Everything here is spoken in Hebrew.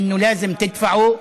אתם חייבים לשלם.)